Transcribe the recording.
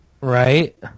right